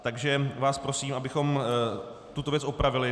Takže vás prosím, abychom tuto věc opravili.